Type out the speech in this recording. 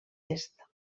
est